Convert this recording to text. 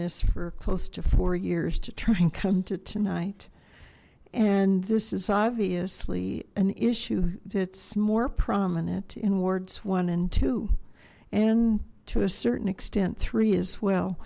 this for close to four years to try and come to tonight and this is obviously an issue that's more prominent in wards one and two and to a certain extent three as well